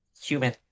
human